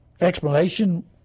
explanation